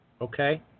Okay